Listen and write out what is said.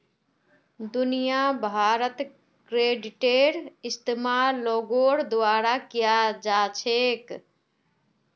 दुनिया भरत क्रेडिटेर इस्तेमाल लोगोर द्वारा कियाल जा छेक